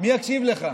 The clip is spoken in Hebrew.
מי יקשיב לך?